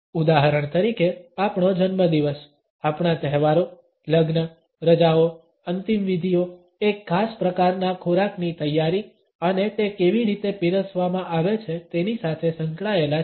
ઉદાહરણ તરીકે આપણો જન્મદિવસ આપણા તહેવારો લગ્ન રજાઓ અંતિમવિધિઓ એક ખાસ પ્રકારના ખોરાકની તૈયારી અને તે કેવી રીતે પીરસવામાં આવે છે તેની સાથે સંકળાયેલા છે